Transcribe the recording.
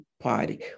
party